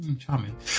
Charming